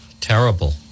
terrible